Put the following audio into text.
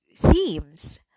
themes